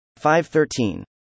513